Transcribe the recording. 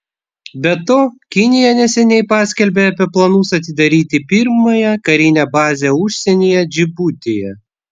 be to kinija neseniai paskelbė apie planus atidaryti pirmąją karinę bazę užsienyje džibutyje